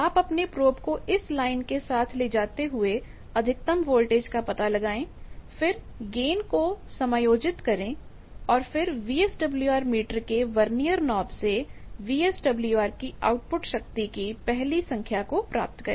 आप अपने प्रोब को इस लाइन के साथ ले जाते हुए अधिकतम वोल्टेज का पता लगाएं फिर गेन को समायोजित करें और फिर वीएसडब्ल्यूआर मीटर के वेर्निएर नॉब से वीएसडब्ल्यूआर की आउटपुट शक्ति की पहली संख्या को प्राप्त करें